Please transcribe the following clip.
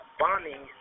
bombing